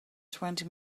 twenty